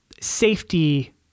safety